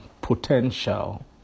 potential